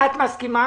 את מסכימה?